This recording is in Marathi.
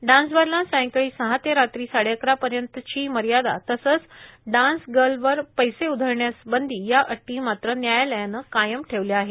डान्स बारला सायंकाळी सहा ते रात्री साडेअकरा वाजेपर्यंतची मर्यादा तसंच डान्सगर्लवर पैसे उधळण्यास बंदी या अटी मात्र न्यायालयानं कायम ठेवल्या आहेत